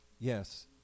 Yes